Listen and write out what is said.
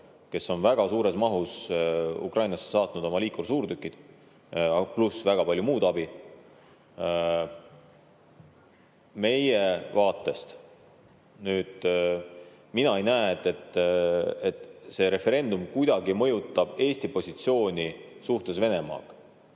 kes on väga suures mahus Ukrainasse saatnud oma liikursuurtükke, pluss väga palju muud abi. Meie vaatest mina ei näe, et see referendum kuidagi mõjutaks Eesti positsiooni suhetes Venemaaga.